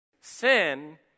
Sin